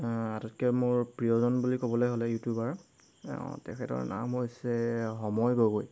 আটাইতকৈ মোৰ প্ৰিয়জন বুলি ক'বলৈ হ'লে ইউটিউবাৰ তেখেতৰ নাম হৈছে সময় গগৈ